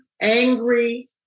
angry